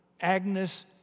Agnes